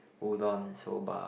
udon soba